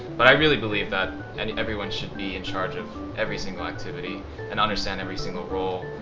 but i really believe that and everyone should be in charge of every single activity and understand every single rule.